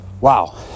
Wow